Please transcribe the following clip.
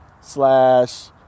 slash